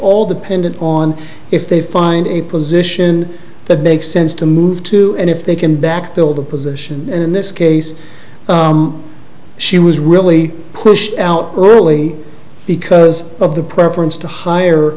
all depending on if they find a position that makes sense to move to and if they can back till the position in this case she was really pushed out early because of the preference to hire